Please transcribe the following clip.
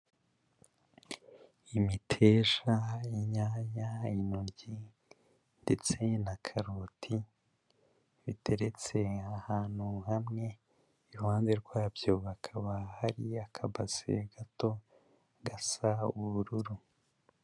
Imiteja, inyanya, intoryi ndetse na karoti, biteretse ahantu hamwe, iruhande rwabyo, hakaba hari akabase gato gasa ubururu.